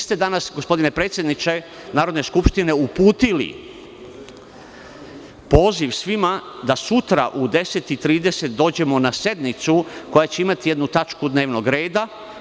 Drugo, danas ste gospodine predsedniče Narodne skupštine uputili poziv svima da sutra u 10.30 časova dođemo na sednicu koja će imati jednu tačku dnevnog reda.